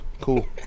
Cool